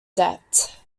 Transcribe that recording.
debt